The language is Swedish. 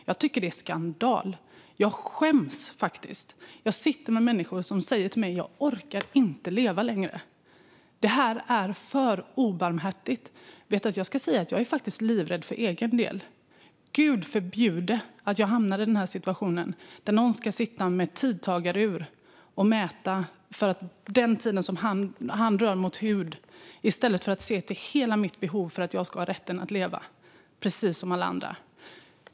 Jag tycker att detta är skandal, och jag skäms faktiskt. Människor säger till mig att de inte orkar leva längre. Detta är för obarmhärtigt. Och jag är faktiskt livrädd för egen del. Gud förbjude att jag hamnar i denna situation där någon ska sitta med tidtagarur och mäta den tid som hand rör mot hud i stället för att se till hela mitt behov och min rätt att leva precis som alla andra.